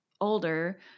older